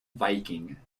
viking